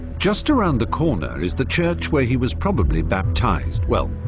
just around the corner is the church where he was probably baptised. well,